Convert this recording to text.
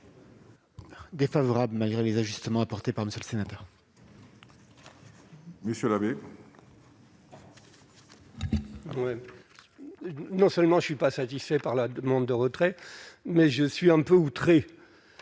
Défavorable, malgré les ajustements apportés par monsieur le sénateur. Monsieur l'abbé. Non seulement je ne suis pas satisfait par la demande de retrait, mais je suis un peu outré,